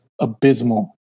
abysmal